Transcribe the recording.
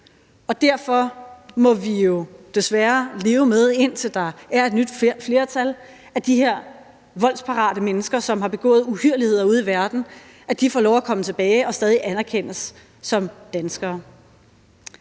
og derfor må vi jo desværre, indtil der er et nyt flertal, leve med, at de her voldsparate mennesker, som har begået uhyrligheder ude i verden, får lov at komme tilbage og stadig anerkendes som danskere.